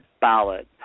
ballot